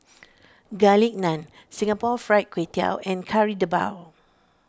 Garlic Naan Singapore Fried Kway Tiao and Kari Debal